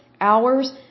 hours